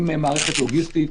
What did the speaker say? עם מערכת לוגיסטית,